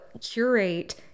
curate